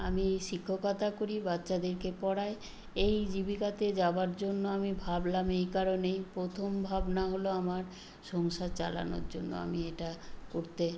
আমি শিক্ষকতা করি বাচ্চাদেরকে পড়াই এই জীবিকাতে যাবার জন্য আমি ভাবলাম এই কারণেই প্রথম ভাবনা হলো আমার সংসার চালানোর জন্য আমি এটা করতে